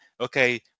Okay